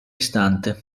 istante